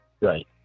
Right